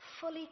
fully